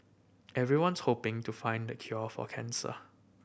everyone's hoping to find the cure for cancer